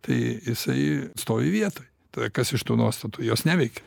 tai isai stovi vietoj tada kas iš tų nuostatų jos neveikia